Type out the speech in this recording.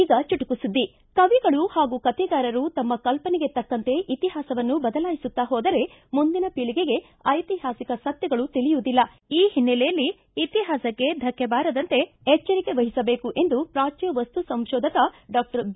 ಈಗ ಚುಟುಕು ಸುದ್ದಿ ಕವಿಗಳು ಹಾಗೂ ಕತೆಗಾರರು ತಮ್ಮ ಕಲ್ಪನೆಗೆ ತಕ್ಕಂತೆ ಇತಿಹಾಸವನ್ನು ಬದಲಾಯಿಸುತ್ತಾ ಹೋದರೆ ಮುಂದಿನ ಪೀಳಿಗೆಗೆ ಐತಿಹಾಸಿಕ ಸತ್ಯಗಳು ತಿಳಿಯುವುದಿಲ್ಲ ಈ ಹಿನ್ನೆಲೆಯಲ್ಲಿ ಇತಿಹಾಸಕ್ಕೆ ಧಕ್ಕೆ ಬಾರದಂತೆ ಎಚ್ದರಿಕೆ ವಹಿಸಬೇಕು ಎಂದು ಪ್ರಾಚ್ಯ ವಸ್ತು ಸಂಶೋಧಕ ಡಾಕ್ಷರ್ ಬಿ